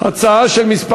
הצעות לסדר-היום מס'